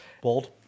Bold